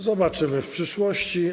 Zobaczymy w przyszłości.